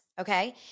okay